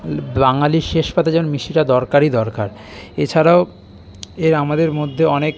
বাঙালি শেষ পাতে যেমন মিষ্টিটা দরকারই দরকার এছাড়াও এই আমাদের মধ্যে অনেক